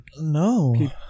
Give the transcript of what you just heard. No